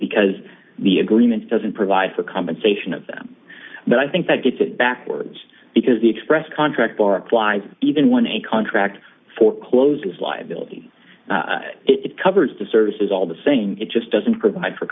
because the agreement doesn't provide for compensation of them but i think that gets it backwards because the express contract barked why even one a contract for close liability it covers the services all the same it just doesn't provide for